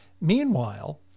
Meanwhile